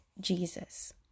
Jesus